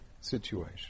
situation